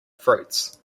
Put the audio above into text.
fruits